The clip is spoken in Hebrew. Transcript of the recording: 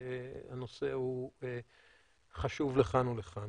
הנושא הוא חשוב לכאן או לכאן.